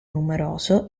numeroso